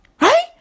Right